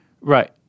Right